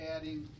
adding